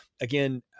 again